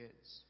kids